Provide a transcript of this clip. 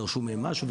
דרשו מהם משהו,